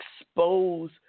expose